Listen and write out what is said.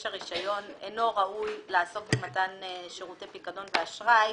הרישיון אינו ראוי לעסוק במתן שירותי פיקדון ואשראי,